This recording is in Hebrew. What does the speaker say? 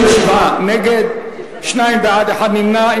67 נגד, שניים בעד, אחד נמנע.